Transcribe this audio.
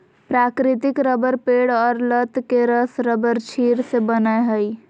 प्राकृतिक रबर पेड़ और लत के रस रबरक्षीर से बनय हइ